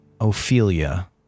Ophelia